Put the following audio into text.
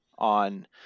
On